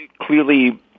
clearly